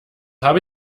habe